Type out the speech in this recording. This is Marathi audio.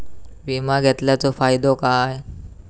विमा घेतल्याचो फाईदो काय?